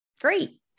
great